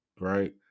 right